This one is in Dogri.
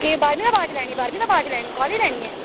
एह् बाद च लैनी बारहमीं दे बाद च लैनी कॉलेज़ लैनी ऐ